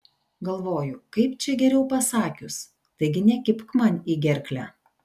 galvoju kaip čia geriau pasakius taigi nekibk man į gerklę